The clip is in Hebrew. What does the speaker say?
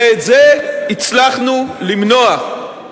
את זה הצלחנו למנוע.